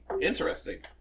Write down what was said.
Interesting